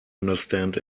understand